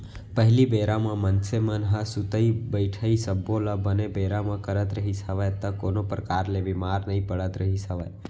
पहिली बेरा म मनसे मन ह सुतई बइठई सब्बो ल बने बेरा म करत रिहिस हवय त कोनो परकार ले बीमार नइ पड़त रिहिस हवय